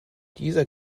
dieser